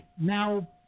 now